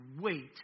wait